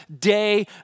day